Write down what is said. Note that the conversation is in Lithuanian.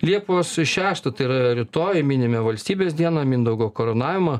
liepos šeštą tai yra rytoj minime valstybės dieną mindaugo karūnavimą